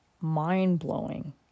mind-blowing